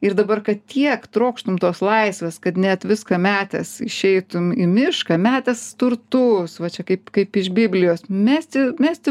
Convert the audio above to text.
ir dabar kad tiek trokštum tos laisvės kad net viską metęs išeitum į mišką metęs turtus va čia kaip kaip iš biblijos mesti mesti